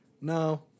No